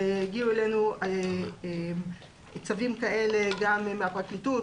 הגיעו אלינו צווים כאלה גם מן הפרקליטות,